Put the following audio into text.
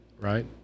Right